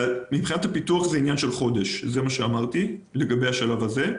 הפיתוח הוא עניין של חודש לגבי השלב הזה,